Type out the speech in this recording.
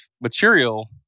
material